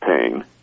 pain